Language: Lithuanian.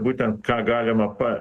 būtent ką galima pa